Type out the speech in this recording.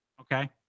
Okay